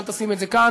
אל תשים את זה כאן.